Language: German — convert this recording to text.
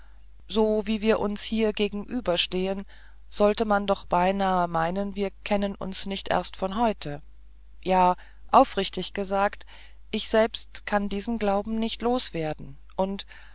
so wie wir uns hier gegenüberstehen sollte man doch beinah meinen wir kennten uns nicht erst von heute ja aufrichtig gesagt ich selbst kann diesen glauben nicht loswerden und